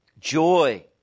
Joy